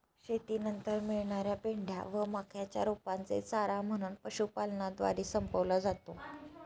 शेतीनंतर मिळणार्या पेंढ्या व मक्याच्या रोपांचे चारा म्हणून पशुपालनद्वारे संपवला जातो